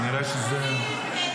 ואני רואה שזה --- הרשימה סגורה?